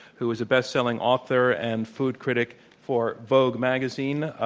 who is a bestselling author and food critic for vogue magazine.